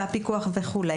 הפיקוח וכו'.